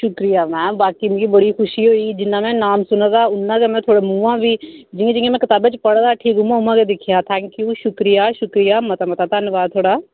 शुक्रिया मैम बाकी मिगी बड़ी खुशी होई जिन्ना में नांऽ सुने दा उ'न्ना गै में थुहाड़े मुहां बी जियां जि'यां में कताबै च पढ़ै दा ठीक उ'आं उ'आं गै दिक्खेआ थैंक्यू शुक्रिया शुक्रिया मता मता धन्नबाद थुआढ़ा